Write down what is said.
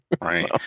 Right